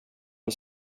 det